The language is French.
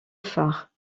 phare